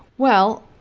well,